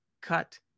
cut